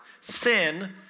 Sin